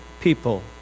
people